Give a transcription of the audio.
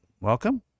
welcome